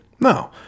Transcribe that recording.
No